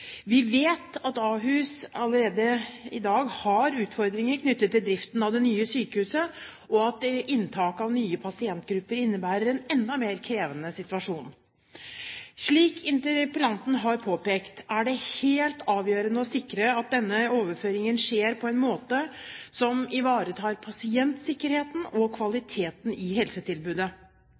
Vi vet at Ahus allerede i dag har utfordringer knyttet til driften av det nye sykehuset, og at inntaket av nye pasientgrupper innebærer en enda mer krevende situasjon. Slik interpellanten har påpekt, er det helt avgjørende å sikre at denne overføringen skjer på en måte som ivaretar pasientsikkerheten og kvaliteten i helsetilbudet.